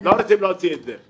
לא רוצים להוציא את זה.